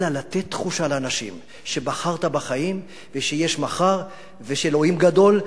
אלא לתת תחושה לאנשים שבחרת בחיים ושיש מחר ושאלוהים גדול,